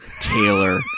Taylor